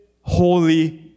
holy